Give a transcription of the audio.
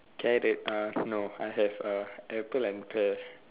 carrot uh no I have a apple and pear